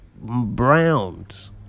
browns